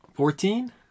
Fourteen